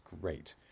great